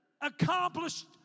accomplished